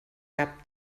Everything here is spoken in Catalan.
cap